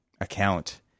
account